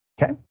Okay